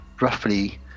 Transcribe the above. roughly